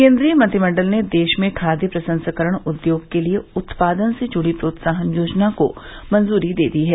केंद्रीय मंत्रिमंडल ने देश में खाद्य प्रसंस्करण उद्योग के लिए उत्पादन से जुड़ी प्रोत्साहन योजना को मंजूरी दे दी है